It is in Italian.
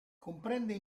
comprende